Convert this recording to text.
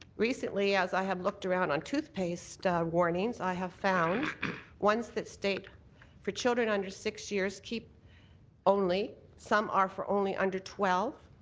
recently, as i have looked around on toothpaste warnings, i have found ones that state for children under six years, keep only. some are for only under twelve.